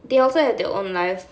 they also have their own life